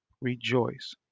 rejoice